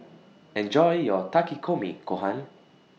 Enjoy your Takikomi Gohan